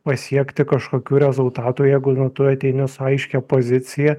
pasiekti kažkokių rezultatų jeigu nu tu ateini su aiškia pozicija